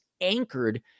anchored